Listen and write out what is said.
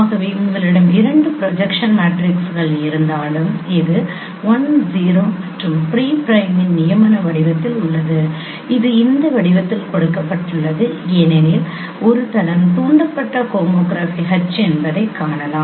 ஆகவே உங்களிடம் இரண்டு ப்ரொஜெக்ஷன் மேட்ரிக்ஸ்கள் இருந்தால் இது I 0 மற்றும் P பிரைமின் நியமன வடிவத்தில் உள்ளது இது இந்த வடிவத்தில் கொடுக்கப்பட்டுள்ளது ஏனெனில் ஒரு தளம் தூண்டப்பட்ட ஹோமோகிராஃபி H என்பதைக் காணலாம்